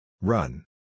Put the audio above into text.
Run